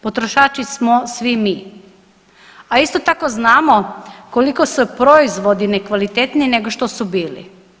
Potrošači smo svi mi, a isto tako znamo koliko su proizvodi ne kvalitetniji nego što su bili.